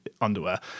underwear